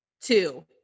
two